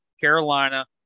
carolina